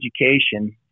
education